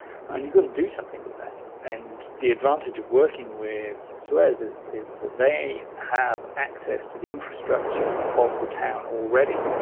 and you've got to do something with that. and the advantage of working with suez is is that they have access to the infrastructure of the town already,